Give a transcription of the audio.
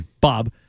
Bob